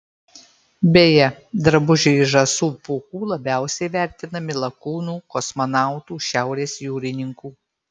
beje drabužiai iš žąsų pūkų labiausiai vertinami lakūnų kosmonautų šiaurės jūrininkų